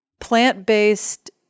plant-based